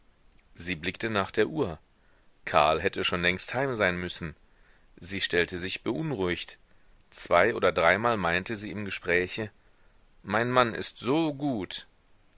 sie blickte nach der uhr karl hätte schon längst heim sein müssen sie stellte sich beunruhigt zwei oder dreimal meinte sie im gespräche mein mann ist so gut